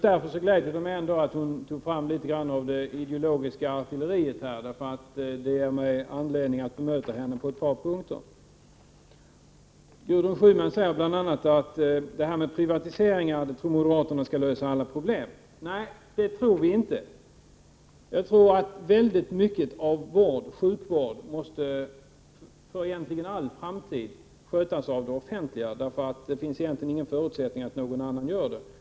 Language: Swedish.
Det gläder mig ändå att Gudrun Schyman tog fram litet av det ideologiska artilleriet, för det ger mig anledning att bemöta henne på ett par punkter. Gudrun Schyman säger bl.a. att moderaterna tror att det här med privatiseringar skall lösa alla problem. Nej, det tror vi inte. Jag tror att mycket av sjukvård för all framtid måste skötas av det offentliga, eftersom det egentligen inte finns förutsättningar för att någon annan gör det.